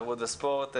על סדר-היום: ספורט,